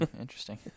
Interesting